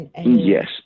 Yes